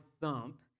thump